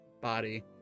body